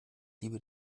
liebe